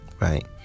Right